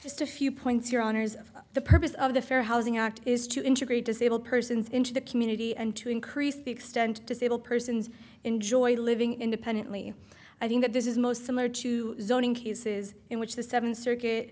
just a few points your honour's the purpose of the fair housing act is to integrate disabled persons into the community and to increase the extent disabled persons enjoy living independently i think that this is most similar to zone in cases in which the seventh circuit